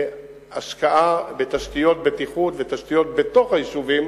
להשקעה בתשתיות בטיחות ותשתיות בתוך היישובים,